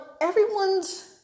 everyone's